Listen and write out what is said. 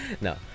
No